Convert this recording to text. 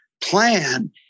plan